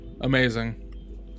Amazing